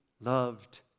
loved